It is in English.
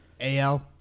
AL